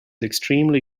extremely